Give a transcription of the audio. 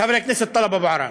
חבר הכנסת טלב אבו עראר.